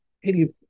hey